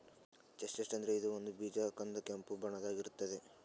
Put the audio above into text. chestnut ಅಂದ್ರ ಇದು ಒಂದ್ ಬೀಜ ಕಂದ್ ಕೆಂಪ್ ಬಣ್ಣದಾಗ್ ಇರ್ತದ್